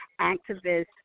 activists